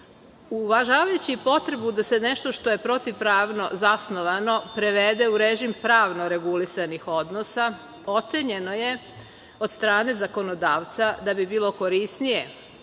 uvažavajući potrebu da se nešto što je protivpravno zasnovano prevede u režim pravno regulisanih odnosa, ocenjeno je od strane zakonodavca da bi bilo korisnije